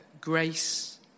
grace